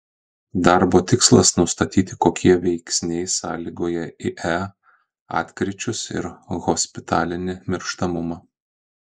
darbo tikslas nustatyti kokie veiksniai sąlygoja ie atkryčius ir hospitalinį mirštamumą